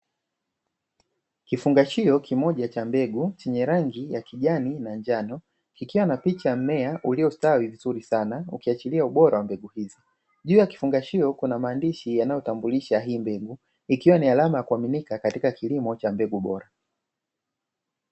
Kifungashio kimoja cha mbegu chenye rangi ya kijani na njano kikiwa na picha ya mmea uliostawi vizuri sana ukiashiria ubora wa mbegu hizi. juu ya kifungashio kuna maandishi yanayotambulisha hii mbegu ikiwa ni alama ya kuaminika katika kilimo cha mbegu bora.